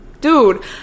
Dude